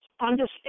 understand